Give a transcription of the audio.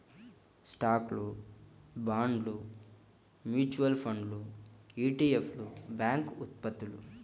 స్టాక్లు, బాండ్లు, మ్యూచువల్ ఫండ్లు ఇ.టి.ఎఫ్లు, బ్యాంక్ ఉత్పత్తులు